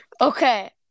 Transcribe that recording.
Okay